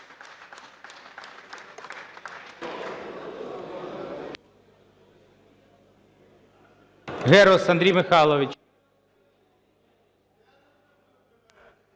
Герус Андрій Михайлович.